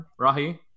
Rahi